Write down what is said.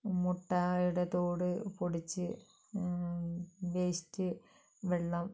മുട്ടയുടെ തോട് പൊടിച്ച് വേസ്റ്റ് വെള്ളം